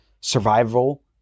survival